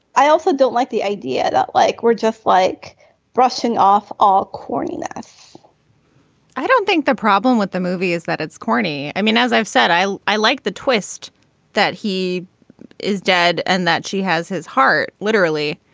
i also don't like the idea that like we're just like brushing off all corny laughs i don't think the problem with the movie is that it's corny. i mean as i've said i i liked the twist that he is dead and that she has his heart literally.